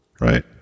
right